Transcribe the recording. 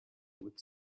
would